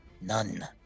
None